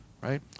Right